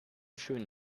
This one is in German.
schönen